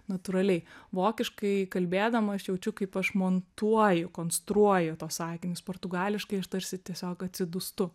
natūraliai vokiškai kalbėdama aš jaučiu kaip aš montuoju konstruoju tuos sakinius portugališkai aš tarsi tiesiog atsidūstu